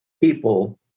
people